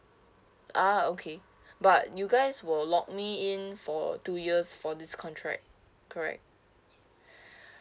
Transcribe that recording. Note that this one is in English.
ah okay but you guys will lock me in for two years for this contract correct